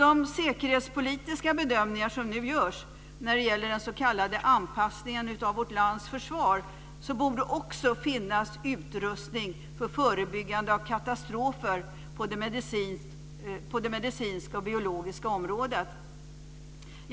I de säkerhetspolitiska bedömningar som nu görs när det gäller den s.k. anpassningen av vårt lands försvar borde det också finnas utrustning för förebyggande av katastrofer på det medicinska och biologiska området.